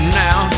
now